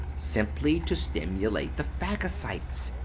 simply to stimulate the phagocytes.